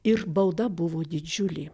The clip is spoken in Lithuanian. ir bauda buvo didžiulė